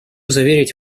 заверить